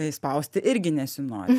spausti irgi nesinori